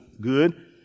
good